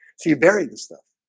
so you bury this stuff?